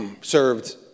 served